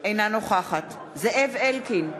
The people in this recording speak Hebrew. אינה נוכחת זאב אלקין,